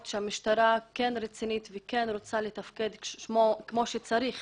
שהמשטרה כן רצינית וכן רוצה לתפקד כמו שצריך